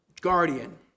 guardian